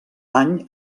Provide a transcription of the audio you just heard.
any